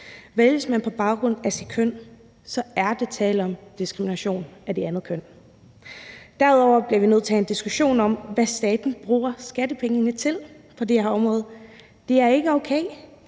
køn. Vælges man på baggrund af sit køn, er der tale om diskrimination af det andet køn. Derudover bliver vi nødt til at have en diskussion om, hvad staten bruger skattepengene til på det her område. Det er ikke okay,